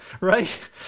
right